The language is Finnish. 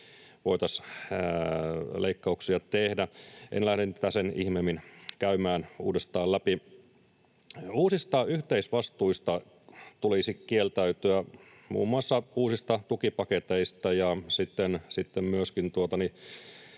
voitaisiin tehdä. En lähde tätä sen ihmeemmin käymään uudestaan läpi. Uusista yhteisvastuista tulisi kieltäytyä, muun muassa uusista tukipaketeista, ja jos tästä